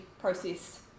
process